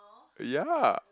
ya